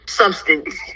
substance